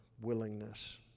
willingness